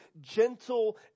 gentle